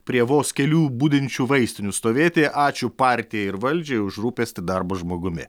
prie vos kelių budinčių vaistinių stovėti ačiū partijai ir valdžiai už rūpestį darbo žmogumi